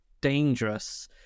dangerous